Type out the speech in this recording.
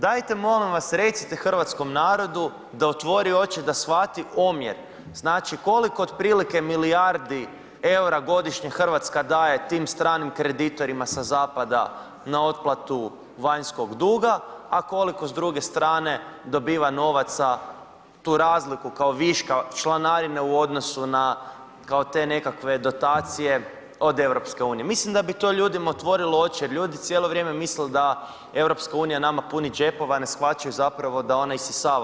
Dajte molim vas recite hrvatskom narodu da otvori oči, da shvati omjer, znači koliko otprilike milijardi EUR-a godišnje RH daje tim stranim kreditorima sa zapada na otplatu vanjskog duga, a koliko s druge strane dobiva novaca, tu razliku kao viška članarine u odnosu na, kao te nekakave dotacije od EU, mislim da bi to ljudima otvorilo oči jer ljudi cijelo vrijeme misle da EU nama puni džepove, a ne shvaćaju zapravo da ona isisava lovu iz naših džepova.